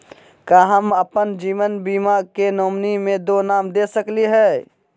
का हम अप्पन जीवन बीमा के नॉमिनी में दो नाम दे सकली हई?